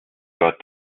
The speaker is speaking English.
got